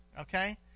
Okay